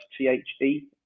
T-H-E